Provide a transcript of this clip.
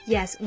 Yes